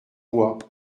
bois